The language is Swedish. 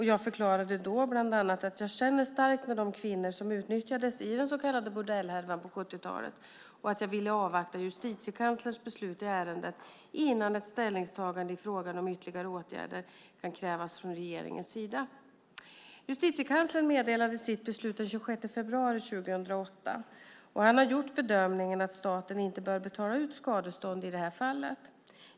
Jag förklarade då bland annat att jag känner starkt med de kvinnor som utnyttjades i den så kallade bordellhärvan på 70-talet, och att jag ville avvakta Justitiekanslerns beslut i ärendet innan ett ställningstagande i frågan om ytterligare åtgärder kan krävas från regeringens sida. Justitiekanslern meddelade sitt beslut den 26 februari 2008. Han har gjort bedömningen att staten inte bör betala ut skadestånd i detta fall.